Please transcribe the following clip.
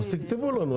תכתבו לנו.